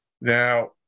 Now